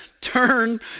turn